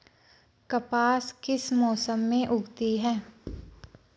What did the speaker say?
कपास किस मौसम में उगती है?